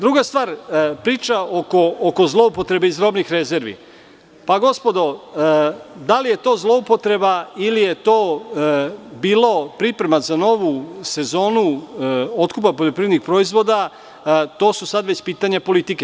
Druga stvar, priča oko zloupotrebe iz robnih rezervi, pa, gospodo, da li je to zloupotreba ili je to bilo priprema za novu sezonu otkupa poljoprivrednih proizvoda, to su sada već pitanja politike.